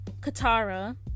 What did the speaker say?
Katara